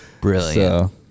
Brilliant